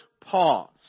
pause